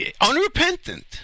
unrepentant